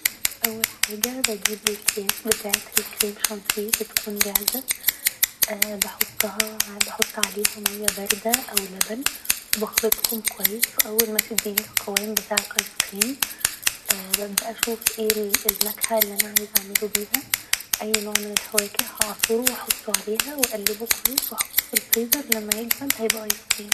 اول حاجة بجيب الكياس بتاعة الكريم شانتيه بتكون جاهزة بحطها بحط عليها مياه باردة او لبن بخلطهم كويس اول ما تديني القوام بتاع الايسكريم ببدأ أشوف ايه النكهة اللي أنا عايزة اعمله بيها اي نوع من الفواكه هعصره و أحطه عليها و اقلبه كويس و أحطه في الفريزر لما يجمد هيبقى ايس كريم